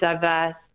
diverse